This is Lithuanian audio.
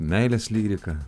meilės lyrika